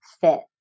fit